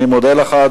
אני מודה לך,